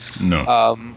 No